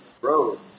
bro